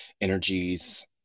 energies